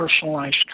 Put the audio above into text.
personalized